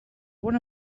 one